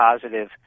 positive